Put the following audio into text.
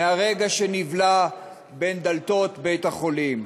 מרגע שנבלע מאחורי דלתות בית-החולים.